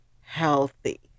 healthy